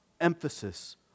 emphasis